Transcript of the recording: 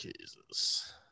Jesus